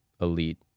elite